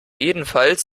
jedenfalls